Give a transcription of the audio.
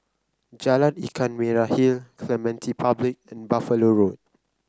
Jalan Ikan Merah Hill Clementi Public and Buffalo Road